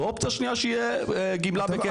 ואופציה שנייה שיהיה גמלה בכסף.